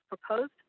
proposed